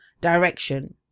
direction